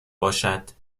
باشد